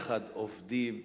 עובדים יחד,